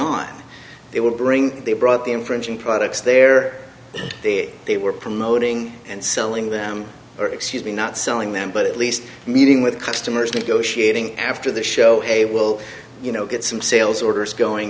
on they would bring they brought the infringing products there they were promoting and selling them or excuse me not selling them but at least meeting with customers negotiating after the show hey will you know get some sales orders going